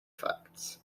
facts